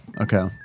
Okay